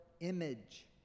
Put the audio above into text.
image